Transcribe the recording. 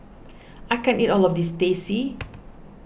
I can't eat all of this Teh C